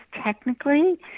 technically